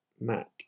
Matt